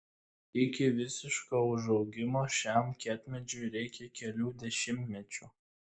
iki visiško užaugimo šiam kietmedžiui reikia kelių dešimtmečių